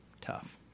tough